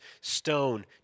stone